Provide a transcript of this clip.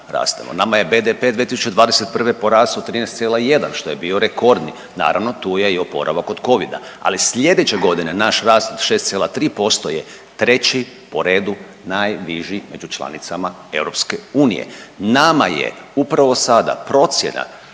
Nama je BDP 2021. porastao 13,1 što je bio rekordni. Naravno tu je i oporavak od covida. Ali sljedeće godine naš rast 6,3% je treći po redu najniži među članicama EU. Nama je upravo sada procjena